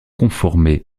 conformer